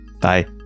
Bye